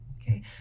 Okay